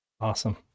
awesome